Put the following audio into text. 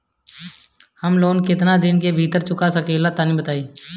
हम लोन केतना दिन के भीतर चुका सकिला तनि बताईं?